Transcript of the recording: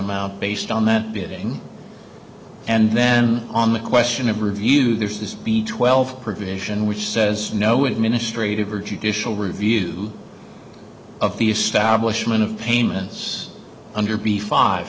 amount based on that bidding and then on the question of review there's this b twelve provision which says no administrative or judicial review of the establishment of payments under b five